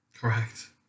correct